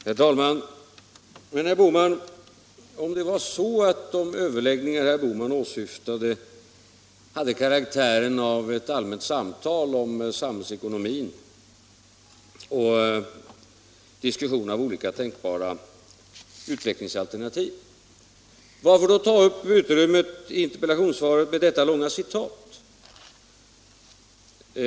Herr talman! Men, herr Bohman, om det var så att de överläggningar herr Bohman åsyftade hade karaktären av allmänna samtal om samhällsekonomin och olika tänkbara utvecklingsalternativ, varför då ta upp utrymme i interpellationssvaret med detta långa citat?